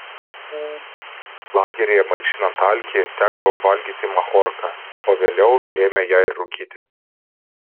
lageryje malšinant alkį tekdavo valgyti machorką o vėliau ėmė ją ir rūkyti